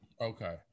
Okay